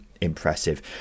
impressive